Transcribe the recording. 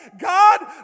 God